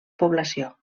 població